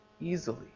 easily